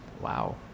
wow